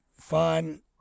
fun